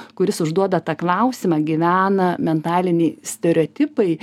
kuris užduoda tą klausimą gyvena mentaliniai stereotipai